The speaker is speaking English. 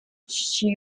she